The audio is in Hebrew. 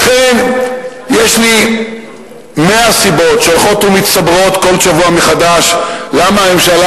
לכן יש לי מאה סיבות שהולכות ומצטברות כל שבוע מחדש למה הממשלה